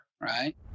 right